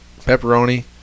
pepperoni